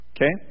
Okay